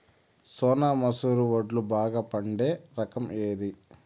సోనా మసూర వడ్లు బాగా పండే రకం ఏది